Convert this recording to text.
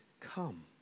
come